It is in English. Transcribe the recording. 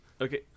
Okay